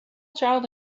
child